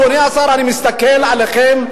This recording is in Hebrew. אדוני השר: אני מסתכל עליכם,